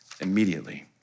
immediately